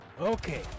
Okay